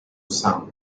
sum